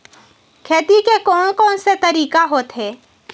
खेती के कोन कोन से तरीका होथे?